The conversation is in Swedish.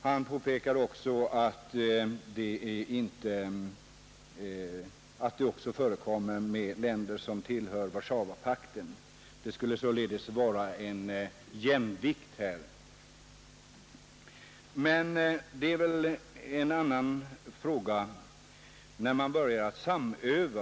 Han påpekade också att utbyte förekommer med länder som tillhör Warszawapakten. Det skulle således vara en jämvikt härvidlag. Men det är väl en annan fråga, när man börjar att samöva.